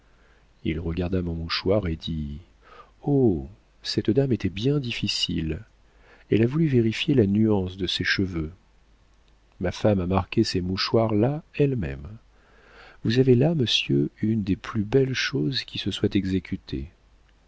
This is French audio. il regarda mon mouchoir et dit oh cette dame était bien difficile elle a voulu vérifier la nuance de ses cheveux ma femme a marqué ces mouchoirs là elle-même vous avez là monsieur une des plus belles choses qui se soient exécutées